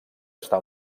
està